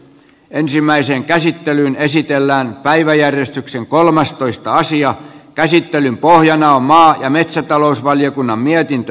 ensimmäiseen käsittelyyn esitellään päiväjärjestyksen kolmastoista asian käsittelyn pohjana on maa ja metsätalousvaliokunnan mietintö